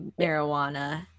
marijuana